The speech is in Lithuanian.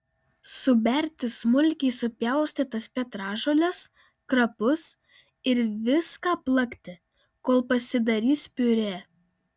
suberti smulkiai supjaustytas petražoles krapus ir viską plakti kol pasidarys piurė